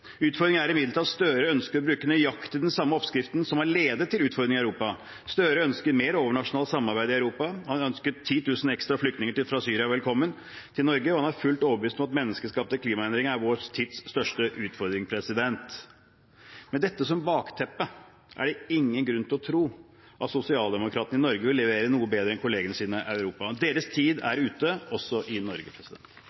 Utfordringen er imidlertid at Gahr Støre ønsker å bruke nøyaktig den samme oppskriften som har ledet til utfordringene i Europa. Støre ønsker mer overnasjonalt samarbeid i Europa. Han ønsket 10 000 ekstra flyktninger fra Syria velkommen til Norge, og han er fullt ut overbevist om at menneskeskapte klimaendringer er vår tids største utfordring. Med dette som bakteppe er det ingen grunn til å tro at sosialdemokratene i Norge vil levere noe bedre enn kollegene sine i Europa. Deres tid